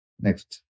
Next